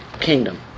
kingdom